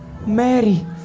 Mary